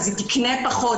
אז היא תיקנה פחות,